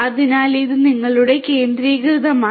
അതിനാൽ ഇത് നിങ്ങളുടെ കേന്ദ്രീകൃതമാണ്